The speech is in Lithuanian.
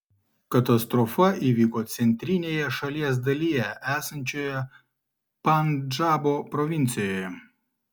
katastrofa įvyko centrinėje šalies dalyje esančioje pandžabo provincijoje